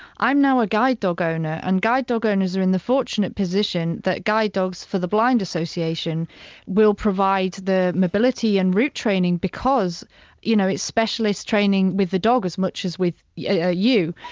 i'm now a guide dog owner and guide dog owners are in the fortunate position that guide dogs for the blind association will provide the mobility and route training because you know it's specialist training with the dog, as much as with yeah ah you.